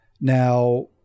Now